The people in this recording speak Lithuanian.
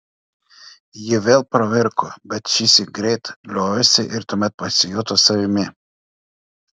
ji vėl pravirko bet šįsyk greit liovėsi ir tuomet pasijuto savimi